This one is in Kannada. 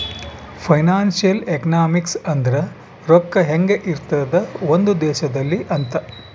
ಫೈನಾನ್ಸಿಯಲ್ ಎಕನಾಮಿಕ್ಸ್ ಅಂದ್ರ ರೊಕ್ಕ ಹೆಂಗ ಇರ್ತದ ಒಂದ್ ದೇಶದಲ್ಲಿ ಅಂತ